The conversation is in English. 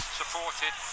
supported